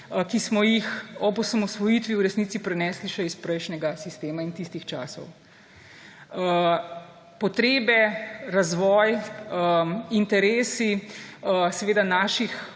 ki smo jih ob osamosvojitvi v resnici prenesli še iz prejšnjega sistema in tistih časov. Potrebe, razvoj, interesi naših